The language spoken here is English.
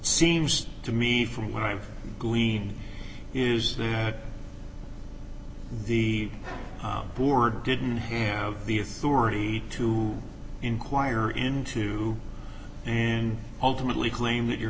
seems to me from what i've gleaned is that the board didn't have the authority to inquire into and ultimately claim that your